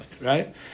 right